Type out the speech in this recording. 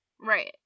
Right